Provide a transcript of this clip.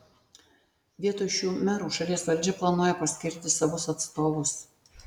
vietoj šių merų šalies valdžia planuoja paskirti savus atstovus